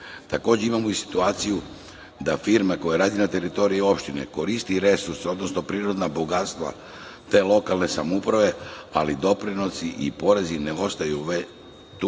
platu. Takođe, imamo i situaciju da firma koja radi na teritoriji opštine koristi resurse, odnosno prirodna bogatstva te lokalne samouprave, ali doprinosi i porezi ne ostaju tu,